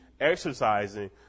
exercising